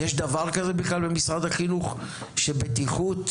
יש דבר כזה, בכלל, במשרד החינוך, שבטיחות,